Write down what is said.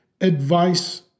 advice